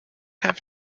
have